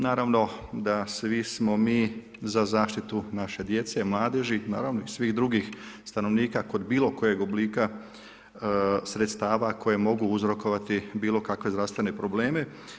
Naravno da svi smo mi za zaštitu naše djece i mladeži, naravno i svih drugih stanovnika kod bilo kojeg oblika sredstava koje mogu uzrokovati bilo kakve zdravstvene probleme.